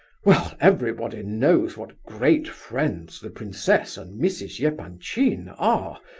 well, everybody knows what great friends the princess and mrs. yeah epanchin ah